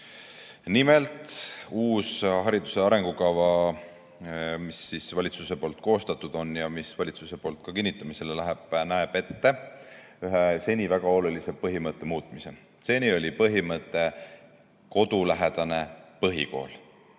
Nimelt, uus hariduse arengukava, mille valitsus on koostanud ja mis valitsuse poolt kinnitamisele läheb, näeb ette ühe seni väga olulise põhimõtte muutmise. Seni oli meil põhimõte "Kodulähedane põhikool".